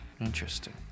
Interesting